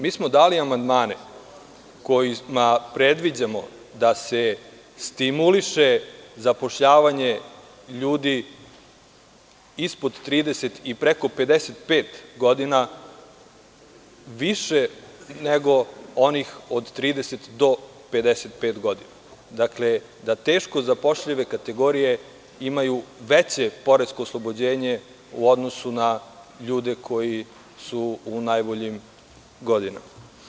Mi smo dali amandmane kojima predviđamo da se stimuliše zapošljavanje ljudi ispod 30 i preko 55 godina više nego onih od 30 do 55 godina, da teško zapošljive kategorije imaju veće poresko oslobođenje u odnosu na ljude koji su u najboljim godinama.